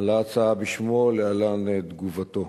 על ההצעה בשמו, ולהלן תגובתו: